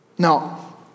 Now